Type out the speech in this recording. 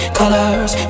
colors